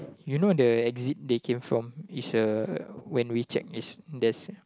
you know the exit they came from is a when we check is there's